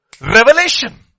Revelation